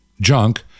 junk